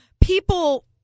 people